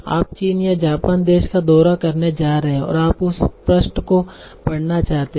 आप चीन या जापान देश का दौरा करने जा रहे हैं और आप उस पृष्ठ को पढ़ना चाहते हैं